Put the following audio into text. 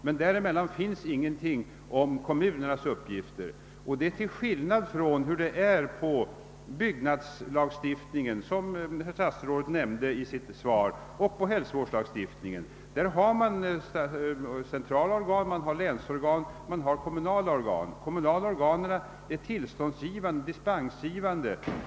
Det är annorlunda med byggnadslagstiftningen, såsom herr statsrådet nämnde i sitt svar, och med hälsovårdslagstiftningen. Där har man centrala organ, länsorgan och kommunala organ. De kommunala organen är tillståndsgivande och dispensgivande.